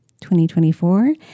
2024